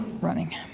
running